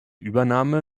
übernahme